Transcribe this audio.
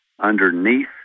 underneath